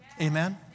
amen